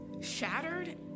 shattered